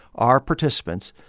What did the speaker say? our participants,